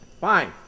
Fine